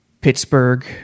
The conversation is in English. Pittsburgh